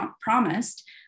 promised